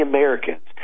Americans